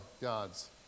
God's